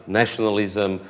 nationalism